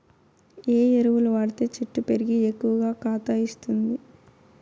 ఏ ఎరువులు వాడితే చెట్టు పెరిగి ఎక్కువగా కాత ఇస్తుంది?